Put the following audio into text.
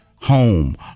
home